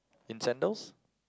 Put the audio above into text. in sandals